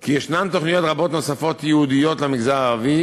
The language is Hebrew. כי יש תוכניות רבות נוספות ייעודיות למגזר הערבי,